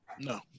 No